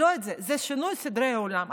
זה שינוי סדרי עולם.